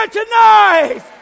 tonight